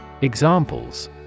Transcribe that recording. Examples